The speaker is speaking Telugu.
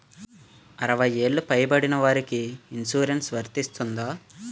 అరవై ఏళ్లు పై పడిన వారికి ఇన్సురెన్స్ వర్తిస్తుందా?